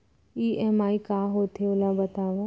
EMI का होथे, ओला बतावव